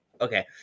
Okay